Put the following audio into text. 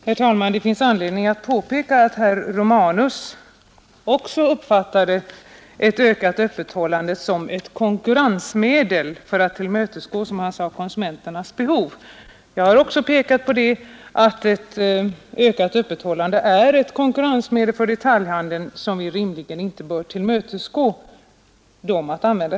Herr talman! Det finns anledning att påpeka att också herr Romanus uppfattade ett ökat öppethållande som ett konkurrensmedel för att, som han sade, tillmötesgå konsumenternas behov. Jag har sagt att ett ökat öppethållande är ett konkurrensmedel för detaljhandeln som vi rimligen inte bör tillmötesgå.